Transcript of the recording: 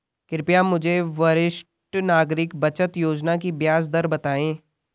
कृपया मुझे वरिष्ठ नागरिक बचत योजना की ब्याज दर बताएँ